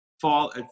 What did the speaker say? fall